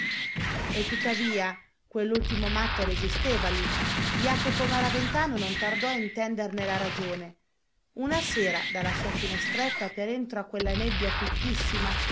e tuttavia quell'ultimo matto resisteva lì jacopo maraventano non tardò a intenderne la ragione una sera dalla sua finestretta per entro a quella nebbia fittissima